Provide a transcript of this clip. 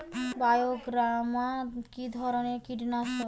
বায়োগ্রামা কিধরনের কীটনাশক?